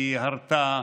היא הרתה,